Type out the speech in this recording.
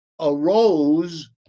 arose